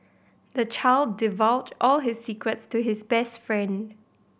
the child divulged all his secrets to his best friend